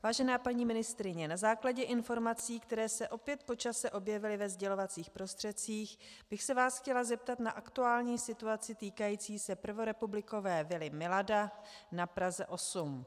Vážená paní ministryně, na základě informací, které se opět po čase objevily ve sdělovacích prostředcích, bych se vás chtěla zeptat na aktuální situaci týkající se prvorepublikové vily Milada na Praze 8.